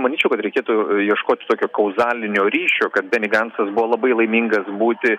manyčiau kad reikėtų ieškoti tokio kauzalinio ryšio kad beni gancas buvo labai laimingas būti